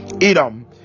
Edom